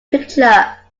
picture